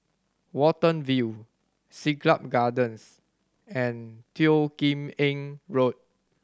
Watten View Siglap Gardens and Teo Kim Eng Road